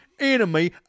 enemy